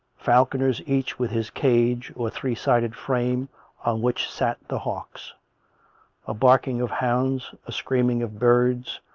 falconers each with his cadge, or three-sided frame on which sat the hawks a barking of hounds, a screaming of birds,